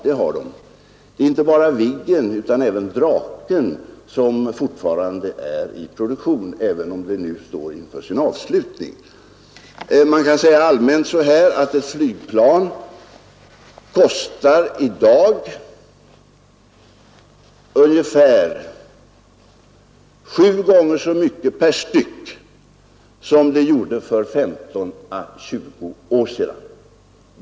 Det gäller inte bara Viggen utan även Draken, som fortfarande är i produktion även om den produktionen står inför sin avslutning. Allmänt kan sägas att flygplan i dag kostar ungefär sju gånger så mycket per styck som för 15 å 20 år sedan.